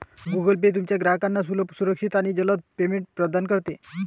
Google pay तुमच्या ग्राहकांना सुलभ, सुरक्षित आणि जलद पेमेंट प्रदान करते